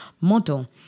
model